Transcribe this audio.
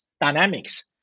dynamics